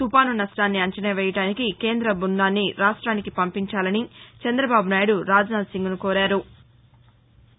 తుపాను నష్టాన్ని అంచనా వేయడానికి కేంద బృందాన్ని రాష్ట్వానికి పంపించాలని చందబాబు నాయుడు రాజ్ నాధ్ సింగ్ను కోరారు